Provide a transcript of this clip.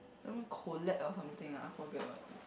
Something Colate or something ah I forget what is it